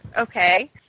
okay